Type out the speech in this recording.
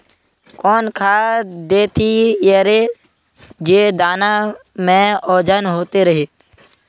कौन खाद देथियेरे जे दाना में ओजन होते रेह?